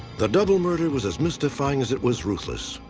the double murder was as mystifying as it was ruthless.